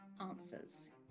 answers